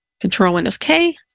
Control-Windows-K